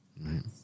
Right